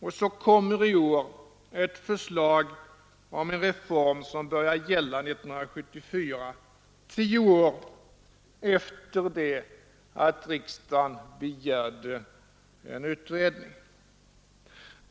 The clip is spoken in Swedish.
och i år framläggs ett förslag om en reform som börjar gälla 1974 — tio år efter det att riksdagen begärde en utredning.